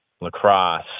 lacrosse